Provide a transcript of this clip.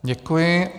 Děkuji.